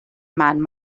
man